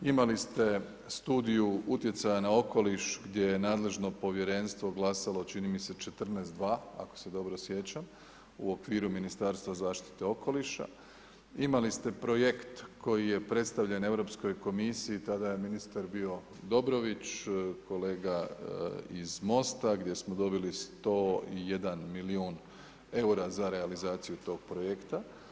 Imali ste studiju utjecaja na okoliš gdje je nadležno povjerenstvo glasalo, čini mi se 14 2 ako se dobro sjećam u okviru Ministarstva zaštite okoliša, imali ste projekt koji je predstavljen Europskoj komisiji, tada je ministar bio Dobrović, kolega iz MOST-a gdje smo dobili 101 milijun eura za realizaciju tog projekta.